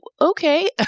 okay